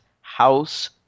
house